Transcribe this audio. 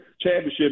championship